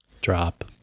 drop